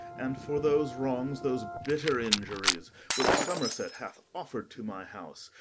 and for those wrongs, those bitter iniuries, which somerset hath offer'd to my house,